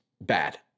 bad